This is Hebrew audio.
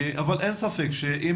אבל אין ספק שיהיו